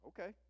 Okay